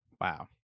wow